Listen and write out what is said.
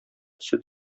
сөт